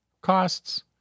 costs